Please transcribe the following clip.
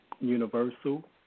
universal